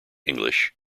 english